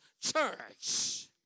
church